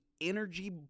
energy